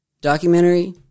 documentary